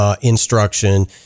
instruction